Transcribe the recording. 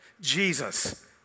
Jesus